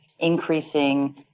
increasing